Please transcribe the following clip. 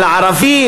על ערבי,